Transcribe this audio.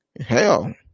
Hell